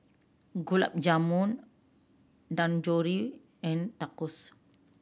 Gulab Jamun Dangojiru and Tacos